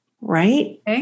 right